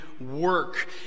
work